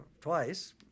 twice